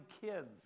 kids